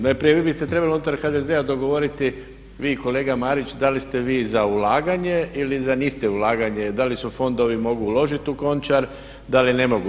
Najprije vi biste trebali unutar HDZ-a dogovoriti vi i kolega Marić da li ste vi za ulaganje ili niste za ulaganje, da li se fondovi mogu uložiti u Končar da li ne mogu.